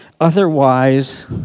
otherwise